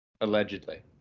Allegedly